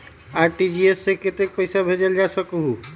RTGS से कतेक पैसा भेजल जा सकहु???